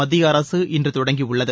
மத்திய அரசு இன்று தொடங்கியுள்ளது